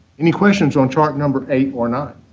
any questions on chart number eight or nine?